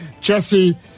Jesse